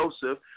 Joseph